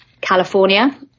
California